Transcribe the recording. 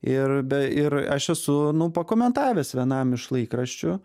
ir be ir aš esu nu pakomentavęs vienam iš laikraščių